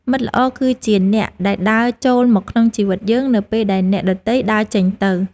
មិត្តល្អគឺជាអ្នកដែលដើរចូលមកក្នុងជីវិតយើង នៅពេលដែលអ្នកដទៃដើរចេញទៅ។